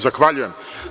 Zahvaljujem.